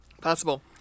Possible